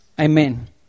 Amen